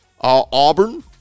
Auburn